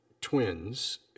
twins